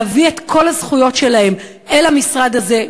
להביא את כל הזכויות שלהם אל המשרד הזה,